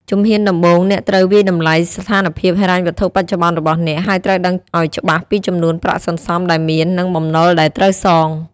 ជំហានដំបូង អ្នកត្រូវវាយតម្លៃស្ថានភាពហិរញ្ញវត្ថុបច្ចុប្បន្នរបស់អ្នក ហើយត្រូវដឹងឱ្យច្បាស់ពីចំនួនប្រាក់សន្សំដែលមាន និងបំណុលដែលត្រូវសង។